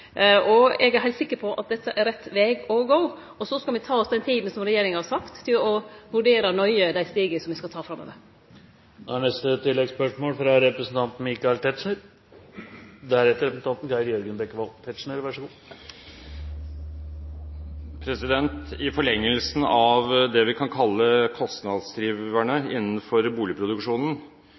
Eg er heilt sikker på at dette er rett veg å gå, og så skal me ta den tida som regjeringa har sagt, til å vurdere nøye dei stega me skal ta framover. Michael Tetzschner – til oppfølgingsspørsmål. I forlengelsen av det vi kan kalle kostnadsdriverne innenfor boligproduksjonen – som forrige spørrer var inne på – vil jeg ta opp med statsråden en av